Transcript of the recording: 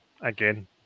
again